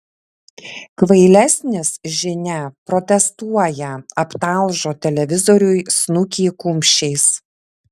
kvailesnis žinia protestuoja aptalžo televizoriui snukį kumščiais